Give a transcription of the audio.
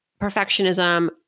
perfectionism